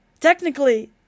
technically